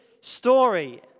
story